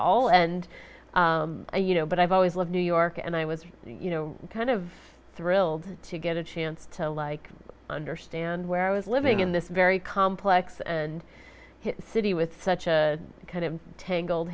all and you know but i've always loved new york and i was you know kind of thrilled to get a chance to like understand where i was living in this very complex and city with such a kind of tangled